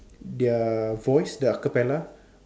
their voice their a capella